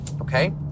okay